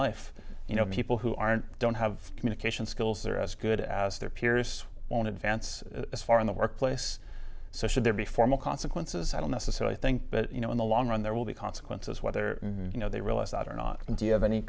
life you know people who aren't don't have communication skills are as good as their peers on advance as far in the workplace so should there be formal consequences i don't necessarily think but you know in the long run there will be consequences whether you know they realize that or not do you have any